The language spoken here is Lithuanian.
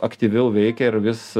aktyviau veikia ir vis